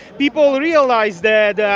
people realize that